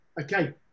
okay